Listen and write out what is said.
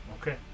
Okay